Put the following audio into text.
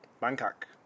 Bangkok